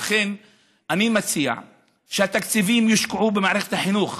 ולכן אני מציע שהתקציבים יושקעו במערכת החינוך.